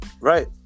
Right